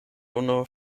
unu